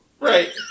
right